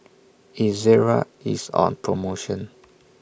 Ezerra IS on promotion